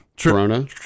Corona